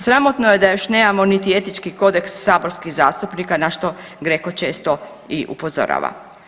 Sramotno je da još nemamo niti etički kodeks saborskih zastupnika na što GRECO često i upozorava.